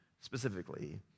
specifically